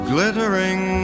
Glittering